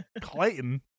clayton